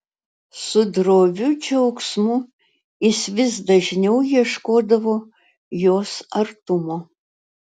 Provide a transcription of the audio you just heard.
su droviu džiaugsmu jis vis dažniau ieškodavo jos artumo